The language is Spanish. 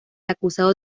acusado